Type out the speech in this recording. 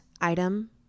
item